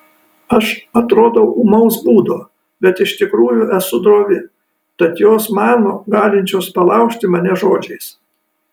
aš atrodau ūmaus būdo bet iš tikrųjų esu drovi tad jos mano galinčios palaužti mane žodžiais